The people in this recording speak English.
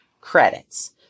credits